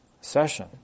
session